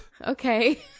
okay